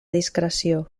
discreció